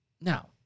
Now